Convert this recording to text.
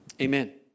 Amen